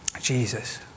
Jesus